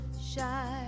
shine